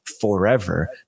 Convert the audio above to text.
forever